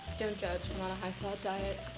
don't judge. i'm on a high salt diet.